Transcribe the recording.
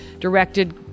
directed